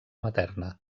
materna